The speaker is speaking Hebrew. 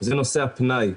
זה נושא הפנאי.